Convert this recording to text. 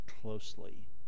closely